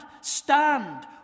stand